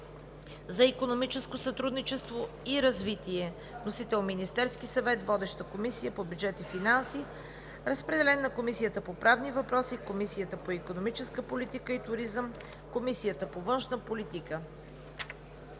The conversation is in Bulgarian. за икономическо сътрудничество и развитие. Вносител е Министерският съвет. Водеща е Комисията по бюджет и финанси. Разпределен е на Комисията по правни въпроси, Комисията по икономическа политика и туризъм и Комисията по външна политика.